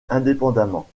indépendamment